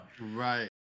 Right